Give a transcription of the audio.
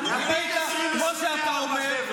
כמו שאתה אומר,